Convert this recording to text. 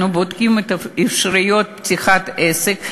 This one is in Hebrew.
אנחנו בודקים אפשרויות לפתיחת עסק.